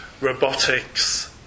robotics